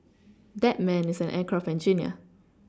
that man is an aircraft engineer